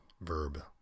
Verb